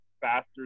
faster